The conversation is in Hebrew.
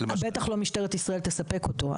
בטח לא משטרת ישראל תספק אותו.